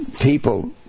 People